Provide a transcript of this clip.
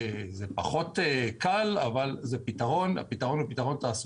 זה פחות קל, אבל זה פתרון תעסוקתי.